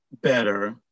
better